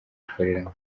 ikoreramo